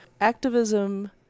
Activism